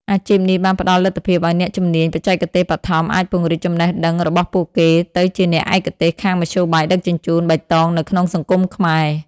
អាជីពនេះបានផ្តល់លទ្ធភាពឱ្យអ្នកមានជំនាញបច្ចេកទេសបឋម អាចពង្រីកចំណេះដឹងរបស់ពួកគេទៅជាអ្នកឯកទេសខាងមធ្យោបាយដឹកជញ្ជូនបៃតងនៅក្នុងសង្គមខ្មែរ។